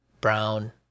brown